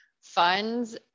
funds